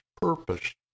purpose